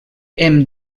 hem